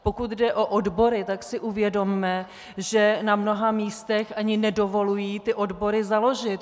Pokud jde o odbory, tak si uvědomme, že na mnoha místech ani nedovolují ty odbory založit!